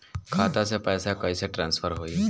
खाता से पैसा कईसे ट्रासर्फर होई?